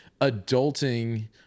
adulting